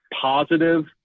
positive